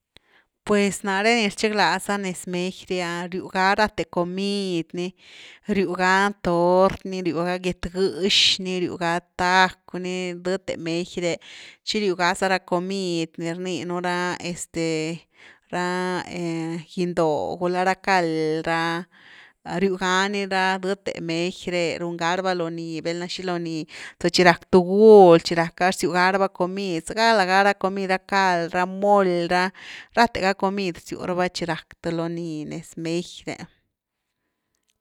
Pues náre ni rchiglaza nez mexi re’a riu ga rathe comid ni riu ga tort ni, riu ga get-gëx ni riu ga tac’w ni, dëte mexi re, tchi riu gaza racomid ni rninu ra este ra giny-dóh, gulá ra cald ra, riu gá ni re dëte mexi re, run ga raba loony, velna xi lony, za chi rack tugul chi rack’a rziu garaba comid, za gá lagá ra cald, ra moly ra, rathe ga comid rziu raba chi rack th lony nes mexi re.